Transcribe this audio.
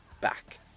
back